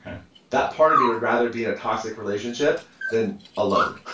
that part of me would rather be in a toxic relationship than alone.